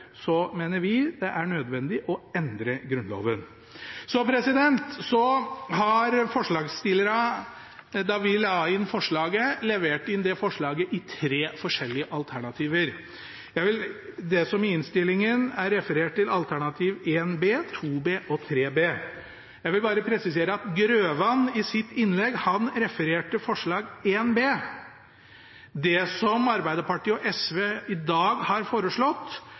mener vi det er nødvendig å endre Grunnloven. Så har forslagsstillerne levert inn forslaget i tre forskjellige alternativer. Det er det som i innstillingen er referert til alternativene 1 B, 2 B og 3 B. Jeg vil bare presisere at Grøvan i sitt innlegg refererte forslag 1 B. Det som Arbeiderpartiet og SV i dag har foreslått,